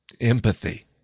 Empathy